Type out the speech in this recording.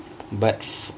but